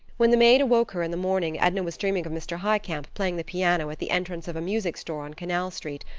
when the maid awoke her in the morning edna was dreaming of mr. highcamp playing the piano at the entrance of a music store on canal street,